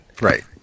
Right